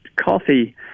coffee